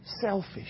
selfish